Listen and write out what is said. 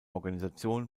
organisation